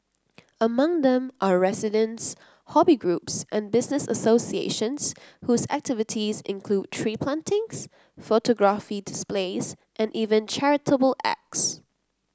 among them are residents hobby groups and business associations whose activities include tree plantings photography displays and even charitable acts